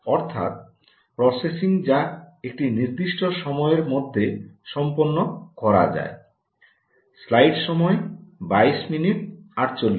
অর্থাৎ প্রসেসিং যা একটি নির্দিষ্ট সময়ের মধ্যে সম্পন্ন করা যায়